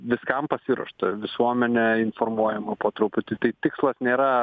viskam pasiruošta visuomenė informuojama po truputį tai tikslas nėra